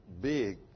big